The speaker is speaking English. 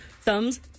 thumbs